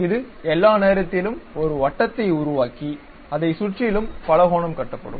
இது எல்லா நேரத்திலும் ஒரு வட்டத்தை உருவாக்கி அதைச் சுற்றிலும் பலகோணம் கட்டப்படும்